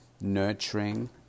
nurturing